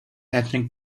ethnic